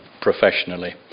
professionally